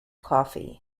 coffee